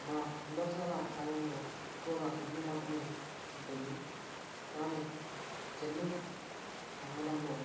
మా సుందరశాల గ్రామంలో ఎక్కువగా హిందూ మతమే ఉంటుంది కానీ చెన్నూరు మండలంలో